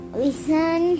listen